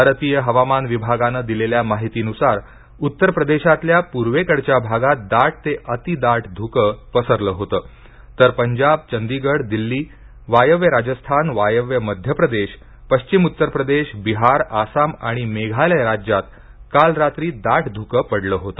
भारतीय हवामान विभागाने दिलेल्या माहितीनुसार उत्तर प्रदेशातल्या पूर्वेकडच्या भागात दाट ते अति दाट धुके पसरले होते तर पंजाब चंदीगड दिल्ली वायव्य राजस्थान वायव्य मध्य प्रदेश पश्चिम उत्तर प्रदेश बिहार आसाम आणि मेघालय राज्यात काल रात्री दाट ध्के पडले होते